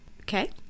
okay